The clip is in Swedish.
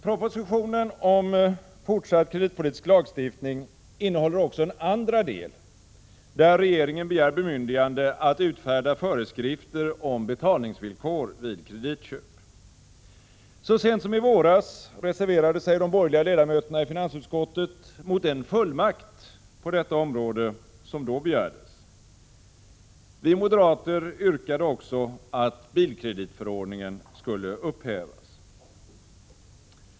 Propositionen om fortsatt kreditpolitisk lagstiftning innehåller också en andra del, där regeringen begär bemyndigande att utfärda föreskrifter om betalningsvillkor vid kreditköp. Så sent som i våras reserverade sig de borgerliga ledamöterna i finansutskottet mot den fullmakt på detta område som då begärdes. Vi moderater yrkade också att bilkreditförordningen skulle upphävas.